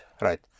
Right